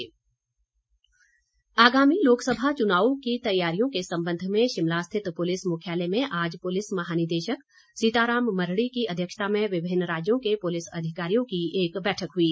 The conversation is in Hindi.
पुलिस बैठक आगामी लोकसभा चुनावों की तैयारियों के संबंध में शिमला स्थित में पुलिस मुख्यालय में आज पुलिस महानिदेशक सीताराम मरड़ी की अध्यक्षता में विभिन्न राज्यों के पुलिस अधिकारियों की एक बैठक हुई